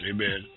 Amen